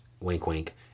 wink-wink